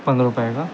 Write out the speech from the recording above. पंधरा रुपये आहे का